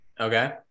Okay